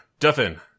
Duffin